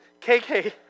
KK